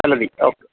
चलति ओ